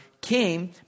came